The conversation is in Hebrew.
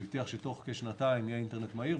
הוא הבטיח שתוך כשנתיים יהיה אינטרנט מהיר,